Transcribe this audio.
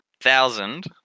Thousand